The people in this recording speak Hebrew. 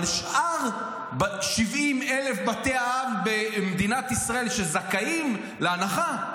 אבל שאר 70,000 בתי האב במדינת ישראל שזכאים להנחה,